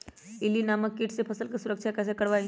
इल्ली नामक किट से फसल के सुरक्षा कैसे करवाईं?